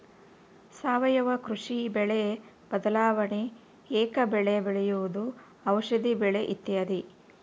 ಸಾವಯುವ ಕೃಷಿ, ಬೆಳೆ ಬದಲಾವಣೆ, ಏಕ ಬೆಳೆ ಬೆಳೆಯುವುದು, ಔಷದಿ ಬೆಳೆ ಇತ್ಯಾದಿ